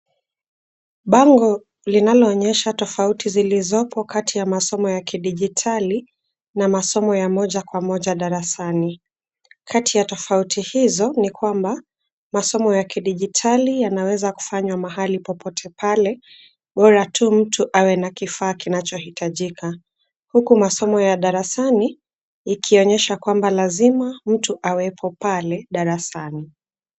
Bango linaloonyesha tofauti zilizopo kati ya masomo ya kidijitali, na masomo ya moja kwa moja darasani. Kati ya tofauti hizo ni kwamba, masomo ya kidijitali yanaweza kufanywa mahali popote pale, bora tu mtu awe na kifaa kinachohitajika. Huku masomo ya darasani, ikionyesha kwamba lazima mtu awepo pale darasani.